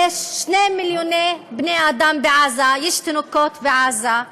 יש 2 מיליוני בני אדם בעזה, יש תינוקות בעזה,